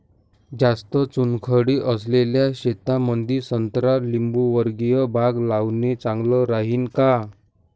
जास्त चुनखडी असलेल्या शेतामंदी संत्रा लिंबूवर्गीय बाग लावणे चांगलं राहिन का?